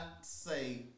say